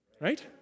Right